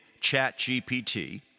ChatGPT